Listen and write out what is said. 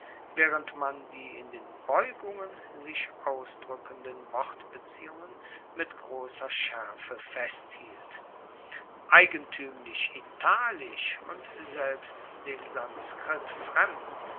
waehrend man die in den beugungen sich ausdrueckenden wortbeziehungen mit grosser schaerfe festhielt eigentuemlich italisch und selbst dem sanskrit